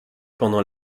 pendant